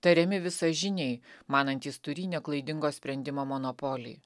tariami visažiniai manantys turį neklaidingo sprendimo monopolį